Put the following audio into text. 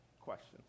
questions